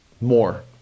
more